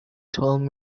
told